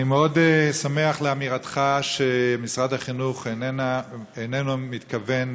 אני מאוד שמח מאמירתך שמשרד החינוך איננו מתכוון